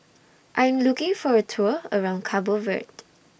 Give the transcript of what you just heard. I Am looking For A Tour around Cabo Verde